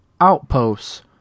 Outposts